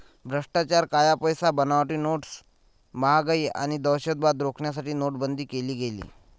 भ्रष्टाचार, काळा पैसा, बनावटी नोट्स, महागाई आणि दहशतवाद रोखण्यासाठी नोटाबंदी केली गेली